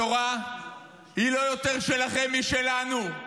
התורה היא לא יותר שלכם משלנו.